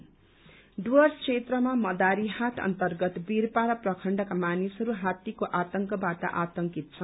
tusker Dooars क्षेत्रमा मदारीहाट अन्तर्गत बीरपाड़ा प्रखण्डका मानिसहरू हात्तीको आतंकबाट आतंकित छन्